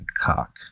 cock